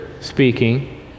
speaking